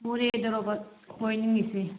ꯃꯣꯔꯦꯗꯔꯣꯕ ꯀꯣꯏꯅꯤꯡꯏꯁꯦ